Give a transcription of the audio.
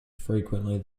frequently